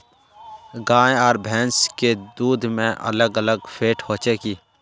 गाय आर भैंस के दूध में अलग अलग फेट होचे की?